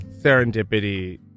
serendipity